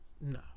No